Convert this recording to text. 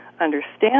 understand